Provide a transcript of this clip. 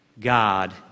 God